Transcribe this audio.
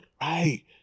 Right